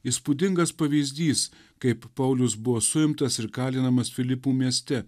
įspūdingas pavyzdys kaip paulius buvo suimtas ir kalinamas filipų mieste